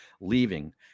leaving